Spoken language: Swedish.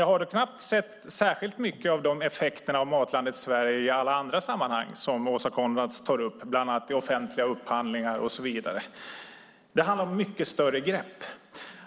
Jag har knappt sett dessa effekter av Matlandet Sverige i alla andra sammanhang som Åsa Coenraads tar upp, bland annat i offentliga upphandlingar. Det handlar om mycket större grepp.